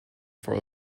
for